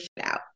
out